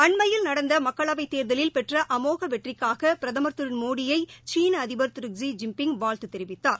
அண்மையில் நடந்த மக்களவை தேர்தலில் பெற்ற அமோக வெற்றிக்காக பிரதம்ர் திரு மோடியை சீனா அதிபர் திரு ஜி ஜின்பிங் வாழ்த்து தெரிவித்தார்